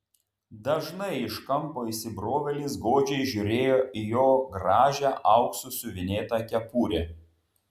dažnai iš kampo įsibrovėlis godžiai žiūrėjo į jo gražią auksu siuvinėtą kepurę